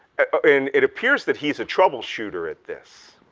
and it appears that he's a troubleshooter at this,